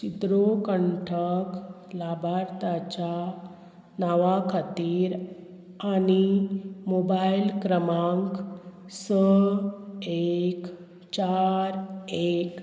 चित्रो कंठक लाभार्थाच्या नांवा खातीर आनी मोबायल क्रमांक स एक चार एक